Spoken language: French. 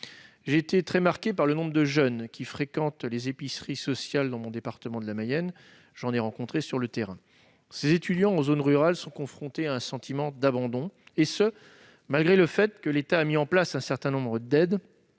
J'ai été très marqué par le nombre de jeunes qui fréquentent les épiceries sociales dans mon département de la Mayenne et que j'ai rencontrés sur le terrain. Ces étudiants en zone rurale sont confrontés à un sentiment d'abandon, bien que l'État ait mis en place un certain nombre d'aides